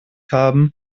haben